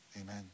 Amen